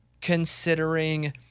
considering